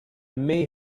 may